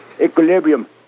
equilibrium